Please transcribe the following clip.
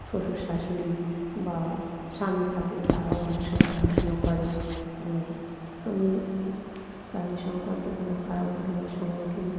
শ্বশুর শাশুড়ি বা স্বামী থাকে তারাও অনেক সময় দেখাশুনা করে আর আমি প্রাণী সংক্রান্ত কোনো খারাপ ঘটনার সম্মুখীন